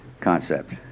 concept